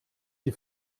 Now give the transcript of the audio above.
die